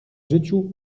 życiu